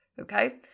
okay